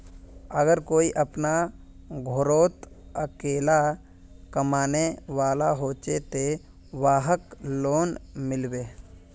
अगर कोई अपना घोरोत अकेला कमाने वाला होचे ते वहाक लोन मिलबे?